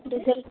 result